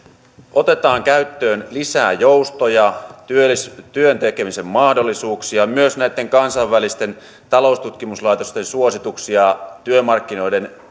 otetaan käyttöön lisää joustoja työn tekemisen mahdollisuuksia myös näitten kansainvälisten taloustutkimuslaitosten suosituksia työmarkkinoiden